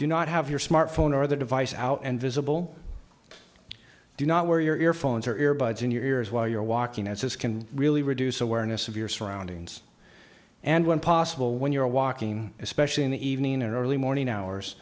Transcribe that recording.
do not have your smartphone or the device out and visible do not wear your earphones or ear buds in your ears while you're walking as this can really reduce awareness of your surroundings and when possible when you're walking especially in the evening or early morning hours